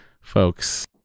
folks